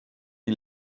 die